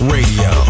Radio